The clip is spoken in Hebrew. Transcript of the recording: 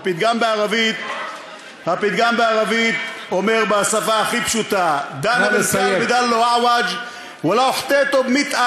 הפתגם בערבית אומר בשפה הכי פשוטה: (אומר בערבית ומתרגם:)